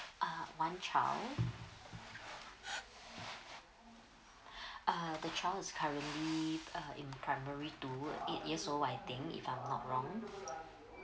uh one child uh the child is currently uh in primary two eight years old I think if I'm not wrong